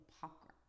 popcorn